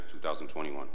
2021